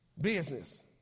Business